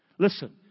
Listen